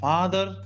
Father